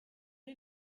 est